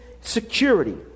security